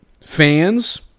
fans